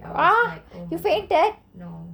!huh! you fainted